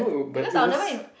because I will never in